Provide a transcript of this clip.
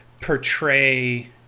portray